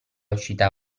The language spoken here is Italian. uscita